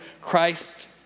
Christ